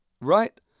Right